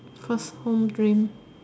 first home dream